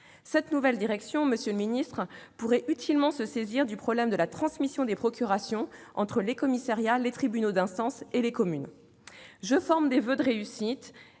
Cette nouvelle direction, monsieur le ministre, pourrait utilement se saisir du problème de la transmission des procurations entre les commissariats, les tribunaux d'instance et les communes. Comme M. Jérôme